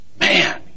Man